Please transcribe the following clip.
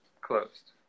closed